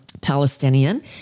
Palestinian